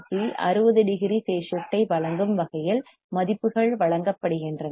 C RC 60 degree phase shift ஐ வழங்கும் வகையில் மதிப்புகள் வழங்கப்படுகின்றன